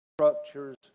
structures